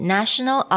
National